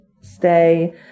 stay